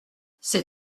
c’est